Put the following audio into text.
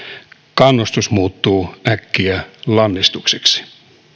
kannustus muuttuu äkkiä lannistukseksi